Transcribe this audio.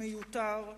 מיותר,